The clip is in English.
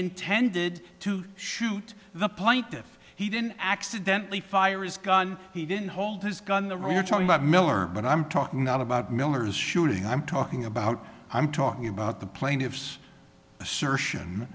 intended to shoot the plaintiff he didn't accidentally fire is gun he didn't hold his gun the we're talking about miller but i'm talking not about miller's shooting i'm talking about i'm talking about the plaintiff's assertion